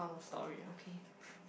oh okay